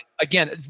Again